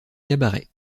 cabaret